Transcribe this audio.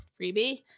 freebie